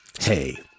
Hey